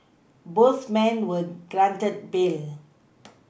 both men were granted bail